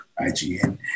IGN